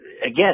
again